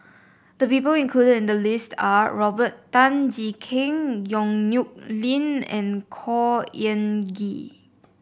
the people included in the list are Robert Tan Jee Keng Yong Nyuk Lin and Khor Ean Ghee